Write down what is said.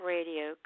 Radio